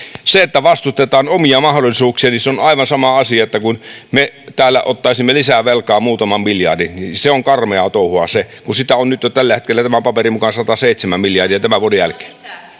se että vastustetaan omia mahdollisuuksia on aivan sama asia kuin että me täällä ottaisimme lisää velkaa muutaman miljardin se on karmeaa touhua se kun sitä on nyt jo tällä hetkellä tämän paperin mukaan sataseitsemän miljardia tämän vuoden jälkeen